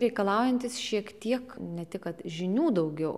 reikalaujantis šiek tiek ne tik kad žinių daugiau